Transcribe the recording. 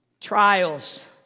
Trials